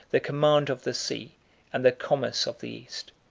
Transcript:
the command of the sea and the commerce of the east.